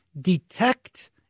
detect